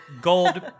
gold